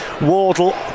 Wardle